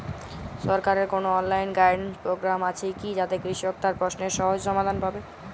সরকারের কোনো online guidance programme আছে কি যাতে কৃষক তার প্রশ্নের সহজ সমাধান পাবে?